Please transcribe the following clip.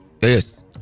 Yes